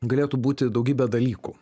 galėtų būti daugybė dalykų